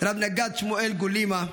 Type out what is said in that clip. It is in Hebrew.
רב-נגד שמואל גולימה,